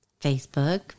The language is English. Facebook